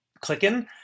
clicking